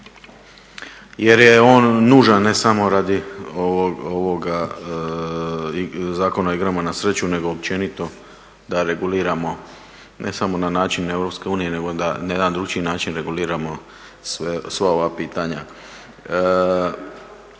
jer je on nužan ne samo radi ovoga Zakona o igrama na sreću nego općenito da reguliramo ne samo na način EU nego da na jedan drukčiji način reguliramo sva ova pitanja.